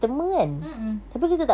mm mm